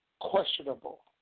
questionable